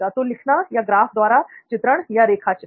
तो लिखना या ग्राफ द्वारा चित्रण या रेखाचित्र